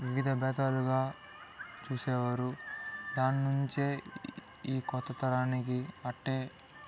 వివిధ బేధాలుగా చూసేవారు దాన్నుంచే ఈ కొత్త తరానికి అట్టే